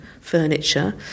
furniture